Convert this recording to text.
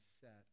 set